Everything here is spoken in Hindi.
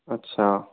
अच्छा